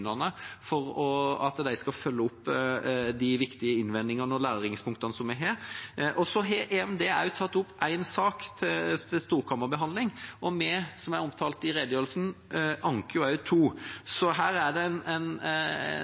for at de skal følge opp de viktige innvendingene og læringspunktene vi har. EMD har også tatt opp en sak til storkammerbehandling, og vi – som jeg omtalte i redegjørelsen – anker også to. Så her er det